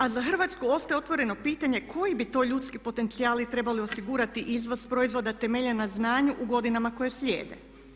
A za Hrvatsku ostaje otvoreno pitanje koji bi to ljudski potencijali trebali osigurati izvoz proizvoda temeljen na znanju u godinama koje slijede.